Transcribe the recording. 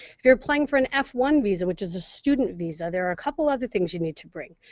if you're applying for an f one visa, which is a student visa, there are a couple other things you need to bring.